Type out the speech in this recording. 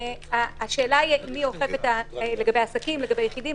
השאלה מי אוכף לגבי עסקים, לגבי יחידים.